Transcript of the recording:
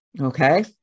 Okay